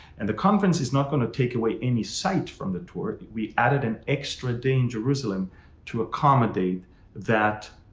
and the conference is not going to take away any site from the tour. we added an extra day in jerusalem to accommodate that,